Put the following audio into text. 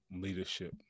leadership